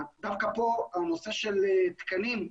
דווקא פה הנושא של תקנים,